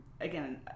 again